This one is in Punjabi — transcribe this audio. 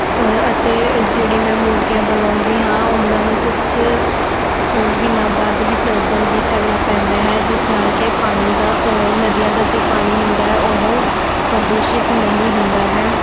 ਅਤੇ ਜਿਹੜੀ ਮੈਂ ਮੂਰਤੀਆਂ ਬਣਾਉਂਦੀ ਹਾਂ ਉਹਨਾਂ ਨੂੰ ਕੁਛ ਦਿਨਾਂ ਬਾਅਦ ਵਿਸਰਜਨ ਵੀ ਕਰਨਾ ਪੈਂਦਾ ਹੈ ਜਿਸ ਨਾਲ ਕਿ ਪਾਣੀ ਦਾ ਨਦੀਆਂ ਦਾ ਜੋ ਪਾਣੀ ਹੁੰਦਾ ਉਹ ਪ੍ਰਦੂਸ਼ਿਤ ਨਹੀਂ ਹੁੰਦਾ ਹੈ